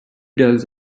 dogs